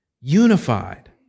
Unified